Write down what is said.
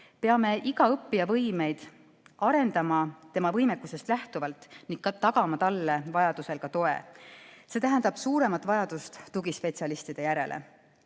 Peame iga õppija võimeid arendama tema võimekusest lähtuvalt ning tagama talle vajaduse korral ka toe. See tähendab suuremat vajadust tugispetsialistide järele.